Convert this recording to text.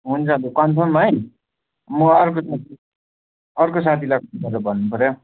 हुन्छ लु कन्फर्म है म अर्को अर्को साथीलाई फोन गरेर भन्नु पऱ्यो हौ